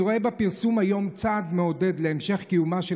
אני רואה בפרסום היום צעד מעודד להמשך קיומה של